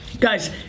Guys